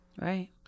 Right